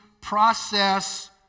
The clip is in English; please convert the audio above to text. process